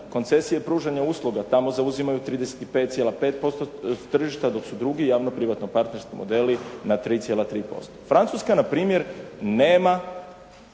Koncesije pružanja usluga tamo zauzimaju 35,5% tržišta, dok su drugi javno privatno partnerski modeli na 3,3%. Francuska npr. nema